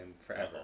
forever